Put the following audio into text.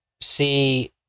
see